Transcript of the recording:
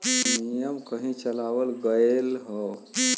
नियम कहीं कही चलावल गएल हौ